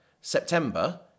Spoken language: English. September